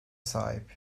sahip